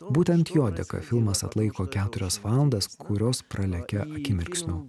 būtent jo dėka filmas atlaiko keturias valandas kurios pralekia akimirksniu